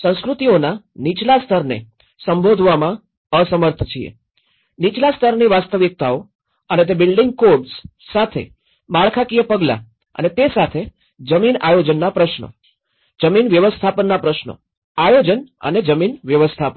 સંસ્કૃતિઓના નીચલા સ્તરને સંબોધવામાં અસમર્થ છીએ નીચલા સ્તરની વાસ્તવિકતાઓ અને તે બિલ્ડિંગ કોડ્સ સાથે માળખાકીય પગલાં અને તે સાથે જમીન આયોજનના પ્રશ્નો જમીન વ્યવસ્થાપનનાં પ્રશ્નો આયોજન અને જમીન વ્યવસ્થાપન